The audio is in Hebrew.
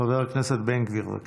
חבר הכנסת בן גביר, בבקשה.